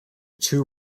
two